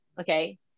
okay